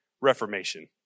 Reformation